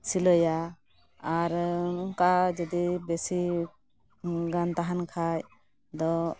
ᱥᱤᱞᱟᱹᱭᱟ ᱟᱨ ᱚᱱᱠᱟ ᱡᱚᱫᱤ ᱵᱮᱥᱤ ᱜᱟᱱ ᱛᱟᱦᱮᱱ ᱠᱷᱟᱱ ᱫᱚ